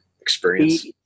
experience